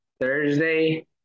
Thursday